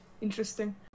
interesting